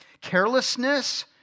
Carelessness